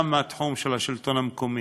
גם מהתחום של השלטון המקומי.